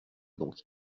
donc